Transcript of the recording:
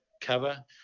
cover